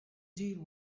deal